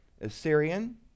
Assyrian